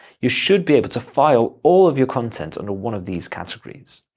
you should be able to file all of your content under one of these categories.